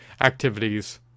activities